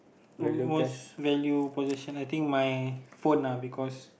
the most value possession I think my phone ah because